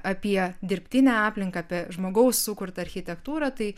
apie dirbtinę aplinką apie žmogaus sukurtą architektūrą tai